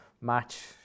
match